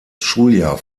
schuljahr